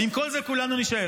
ועם כל זה כולנו נישאר.